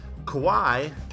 Kawhi